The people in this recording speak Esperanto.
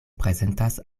prezentas